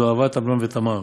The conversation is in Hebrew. זו אהבת אמנון ותמר,